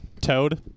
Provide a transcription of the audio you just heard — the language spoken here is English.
Toad